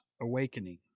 Awakening